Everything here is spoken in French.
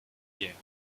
guerre